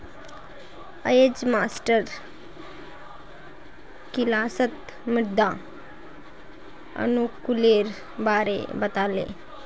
अयेज मास्टर किलासत मृदा अनुकूलेर बारे बता ले